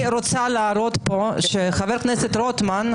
אני רוצה להראות שחבר הכנסת רוטמן,